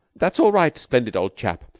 that's all right, splendid old chap.